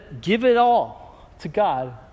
give-it-all-to-God